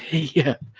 yeah,